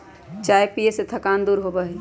चाय पीये से थकान दूर होबा हई